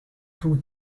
two